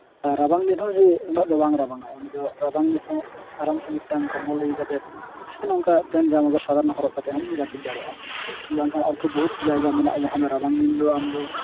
ᱨᱟᱵᱟᱝ ᱫᱤᱱ ᱦᱚᱸ ᱩᱱᱟᱹᱜ ᱫᱚ ᱵᱟᱝ ᱨᱟᱵᱟᱝᱟ ᱚᱸᱰᱮ ᱫᱚ ᱨᱟᱵᱟᱝ ᱫᱤᱱ ᱦᱚᱸ ᱟᱨᱟᱢᱥᱮ ᱢᱤᱫᱴᱟᱝ ᱠᱚᱢᱵᱚᱞ ᱩᱭᱩ ᱠᱟᱛᱮ ᱥᱮ ᱱᱚᱝᱠᱟ ᱯᱮᱱ ᱡᱟᱢᱟ ᱠᱚ ᱥᱟᱫᱷᱟᱨᱚᱱ ᱦᱚᱨᱚᱜ ᱠᱟᱛᱮ ᱦᱚᱸᱢ ᱡᱟᱹᱯᱤᱫ ᱫᱟᱲᱮᱭᱟᱜᱼᱟ ᱵᱟᱝᱠᱷᱟᱱ ᱟᱨᱠᱚ ᱵᱚᱦᱩᱫ ᱡᱟᱭᱜᱟ ᱢᱮᱱᱟᱜᱼᱟ ᱡᱟᱦᱟᱸ ᱫᱚ ᱨᱟᱵᱟᱝ ᱫᱤᱱ ᱫᱚ